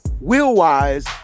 wheel-wise